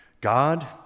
God